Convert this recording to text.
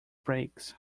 brakes